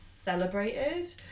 celebrated